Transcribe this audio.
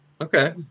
Okay